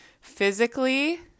Physically